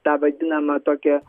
tą vadinamą tokią